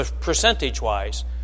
percentage-wise